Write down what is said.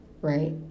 right